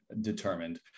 determined